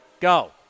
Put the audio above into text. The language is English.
Go